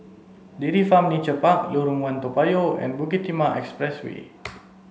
Dairy Farm Nature Park Lorong One Toa Payoh and Bukit Timah Expressway